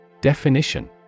Definition